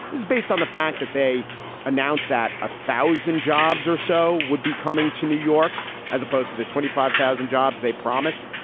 is based on the fact that they announced that a thousand jobs or so would be coming to new york as opposed to the twenty five thousand jobs they promised.